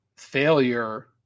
Failure